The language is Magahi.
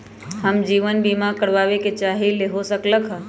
हम जीवन बीमा कारवाबे के चाहईले, हो सकलक ह?